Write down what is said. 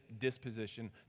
disposition